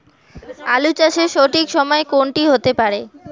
আলু চাষের সঠিক সময় কোন টি হতে পারে?